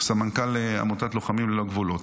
סמנכ"ל עמותת לוחמים ללא גבולות.